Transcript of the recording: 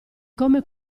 come